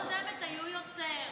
כי בממשלה הקודמת היו יותר.